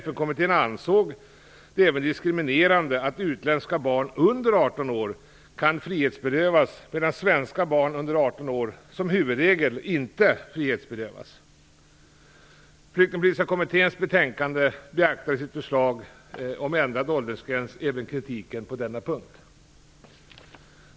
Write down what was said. FN-kommittén ansåg det även diskriminerande att utländska barn under 18 år kan frihetsberövas, medan svenska barn under 18 år, som huvudregel, inte frihetsberövas. Flyktingpolitiska kommitténs betänkande beaktar i sitt förslag om ändrad åldersgräns även kritiken på denna punkt.